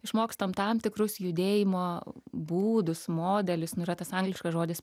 išmokstam tam tikrus judėjimo būdus modelius nu yra tas angliškas žodis